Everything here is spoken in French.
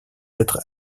être